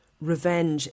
revenge